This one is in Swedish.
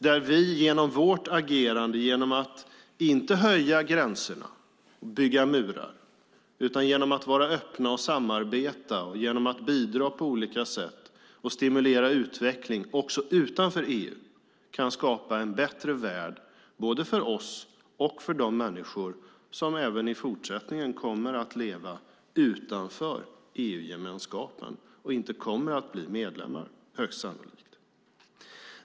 Där kan vi, genom vårt agerande genom att inte bygga murar vid gränserna utan genom att vara öppna och samarbeta och genom att bidra på olika sätt och stimulera utveckling också utanför EU, skapa en bättre värld både för oss och för de människor som även i fortsättningen kommer att leva utanför EU-gemenskapen och högst sannolikt inte kommer att bli medlemmar.